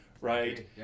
right